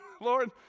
Lord